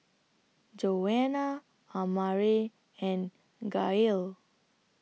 Joana Amare and Gail